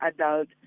adult